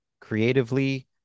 creatively